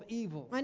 evil